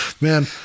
Man